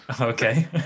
Okay